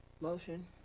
motion